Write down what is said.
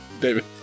David